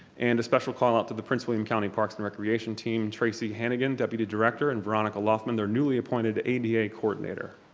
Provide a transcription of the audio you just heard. and a special call out to the prince william county parks and recreation team tracy hannigan deputy director and veronica laughman, their newly appointed ada coordinator.